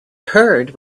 heard